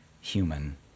human